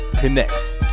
Connects